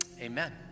Amen